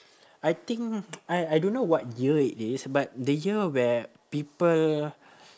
I think I I don't know what year it is but the year where people